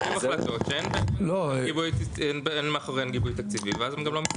קיבלו החלטות שאין מאחוריהן גיבוי תקציבי ואז הן גם לא מתממשות.